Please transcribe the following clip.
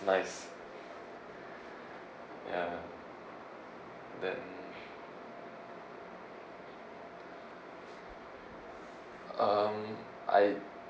nice ya then um I